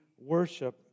worship